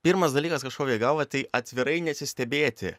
pirmas dalykas kas šovė į galvą tai atvirai nesistebėti